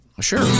Sure